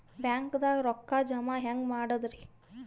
ಬ್ಯಾಂಕ್ದಾಗ ರೊಕ್ಕ ಜಮ ಹೆಂಗ್ ಮಾಡದ್ರಿ?